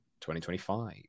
2025